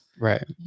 Right